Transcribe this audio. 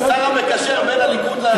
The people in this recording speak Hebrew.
השר המקשר בין הליכוד לכנסת,